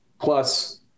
plus